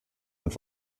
und